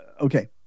okay